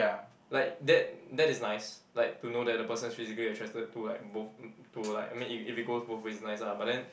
like that that is nice like to know that the person is physically attracted to like both uh to like I mean if it if it goes both ways is nice lah but then